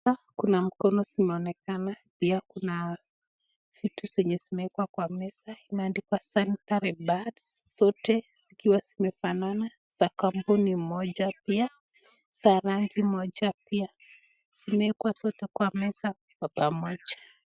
Hapa kuna mikono inaonekana, pia kuna vitu zenye zimeekwa kwa meza zimeandikwa sanitary pads zote zikiwa zimefanana, za kampuni moja pia za rangi moja pia. Zimeekwa zote kwa meza kwa pamoja.